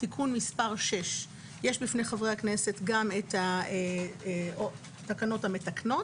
(תיקון מס' 6). יש בפני חברי הכנסת גם את התקנות המתקנות